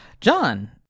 John